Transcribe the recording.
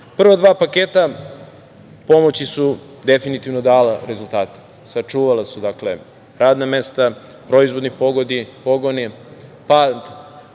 dva paketa pomoći su definitivno dala rezultate, sačuvala su radna mesta, proizvodne pogone,